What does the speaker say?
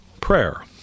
prayer